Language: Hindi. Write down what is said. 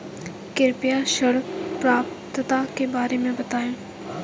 कृपया ऋण पात्रता के बारे में बताएँ?